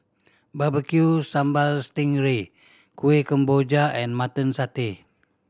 Barbecue Sambal sting ray Kuih Kemboja and Mutton Satay